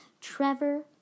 Trevor